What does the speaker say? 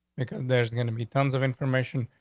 there's gonna be tons of information.